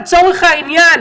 לצורך העניין,